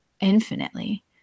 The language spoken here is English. infinitely